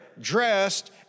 dressed